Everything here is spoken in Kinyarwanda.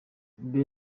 mbere